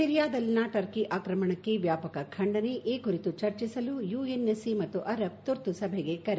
ಸಿರಿಯಾದಲ್ಲಿನ Turkey ಆಕ್ರಮಣಕ್ಕೆ ವ್ಯಾಪಕ ಖಂಡನೆ ಈ ಕುರಿತು ಚರ್ಚಿಸಲು ಯುಎನ್ಎಸ್ಸಿ ಮತ್ತು ಅರಬ್ ತುರ್ತು ಸಭೆಗೆ ಕರೆ